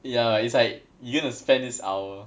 ya it's like you're gonna spend this hour